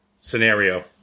scenario